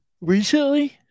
Recently